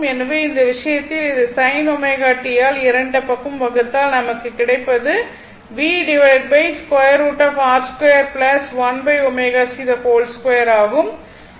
எனவே இந்த விஷயத்தில் இதை sin ω t ஆல் இரண்டு பக்கமும் வகுத்தால் நமக்கு கிடைப்பது ஆகும்